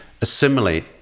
assimilate